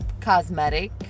cosmetic